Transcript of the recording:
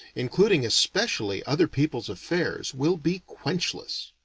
including especially other people's affairs, will be quenchless.